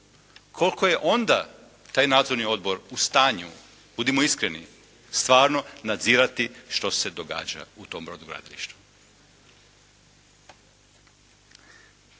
Koliko je onda taj Nadzorni odbor u stanju, budimo iskreni, stvarno nadzirati što se događa u tom brodogradilištu.